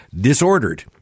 disordered